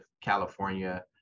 California